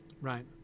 right